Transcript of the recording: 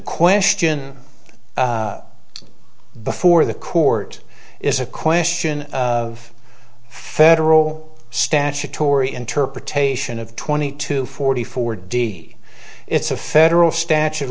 question before the court is a question of federal statutory interpretation of twenty to forty four d it's a federal statute of